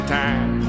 time